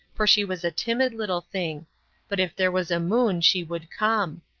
for she was a timid little thing but if there was a moon she would come.